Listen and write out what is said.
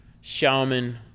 shaman